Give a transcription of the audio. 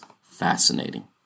fascinating